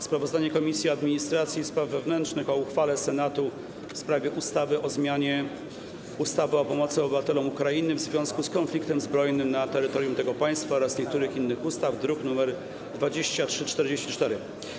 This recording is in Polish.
Sprawozdanie Komisji Administracji i Spraw Wewnętrznych o uchwale Senatu w sprawie ustawy o zmianie ustawy o pomocy obywatelom Ukrainy w związku z konfliktem zbrojnym na terytorium tego państwa oraz niektórych innych ustaw, druk nr 2344.